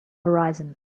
horizon